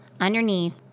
underneath